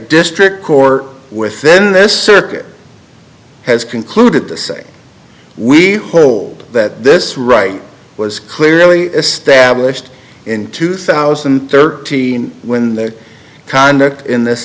district court within this circuit has concluded to say we hold that this right was clearly established in two thousand and thirteen when the conduct in this